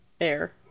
air